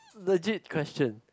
legit question